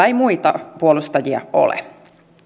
ei muita puolustajia ole